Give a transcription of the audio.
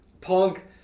Punk